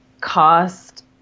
cost